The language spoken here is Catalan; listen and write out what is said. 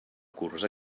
curs